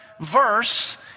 verse